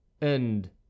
And